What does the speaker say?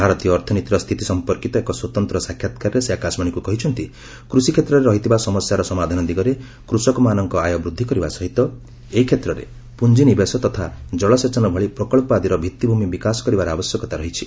ଭାରତୀୟ ଅର୍ଥନୀତିର ସ୍ଥିତି ସମ୍ପର୍କୀତ ଏକ ସ୍ୱତନ୍ତ୍ର ସାକ୍ଷାତକାରରେ ସେ ଆକାଶବାଣୀକୁ କହିଛନ୍ତି କୃଷି କ୍ଷେତ୍ରରେ ରହିଥିବା ସମସ୍ୟାର ସମାଧାନ ଦିଗରେ କୃଷକମାନଙ୍କ ଆୟ ବୃଦ୍ଧି କରିବା ସହିତ ଏହି କ୍ଷେତ୍ରରେ ପୁଞ୍ଜିନିବେଶ ତଥା ଜଳସେଚନ ଭଳି ପ୍ରକଳ୍ପ ଆଦିର ଭିଭି଼ମି ବିକାଶ କରିବାର ଆବଶ୍ୟକତା ରହିଛି